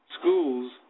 schools